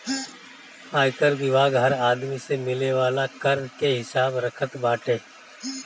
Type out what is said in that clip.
आयकर विभाग हर आदमी से मिले वाला कर के हिसाब रखत बाटे